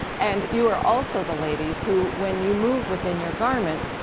and you are also the ladies who when you move within your garments,